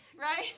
right